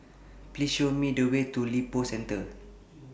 Please Show Me The Way to Lippo Centre